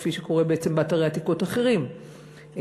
כפי שקורה בעצם באתרי עתיקות אחרים בארץ,